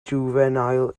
juvenile